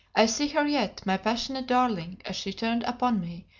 i see her yet, my passionate darling, as she turned upon me,